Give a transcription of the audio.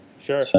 Sure